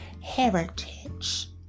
heritage